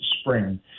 spring